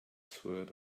sword